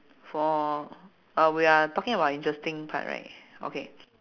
for uh we are talking about interesting part right okay